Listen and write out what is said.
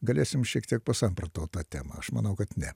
galėsim šiek tiek pasamprotaut tą temą aš manau kad ne